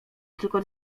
tylko